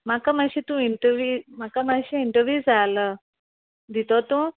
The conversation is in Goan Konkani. म्हाका मातशें तूं इंटरव्यू म्हाका मातशें इंटरव्यू जाय आहलो दितो तूं